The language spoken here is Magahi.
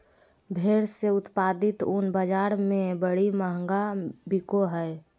भेड़ से उत्पादित ऊन बाज़ार में बड़ी महंगा बिको हइ